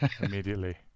immediately